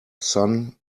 sun